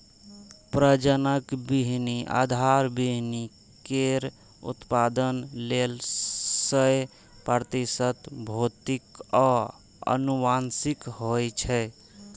प्रजनक बीहनि आधार बीहनि केर उत्पादन लेल सय प्रतिशत भौतिक आ आनुवंशिक होइ छै